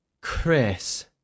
Chris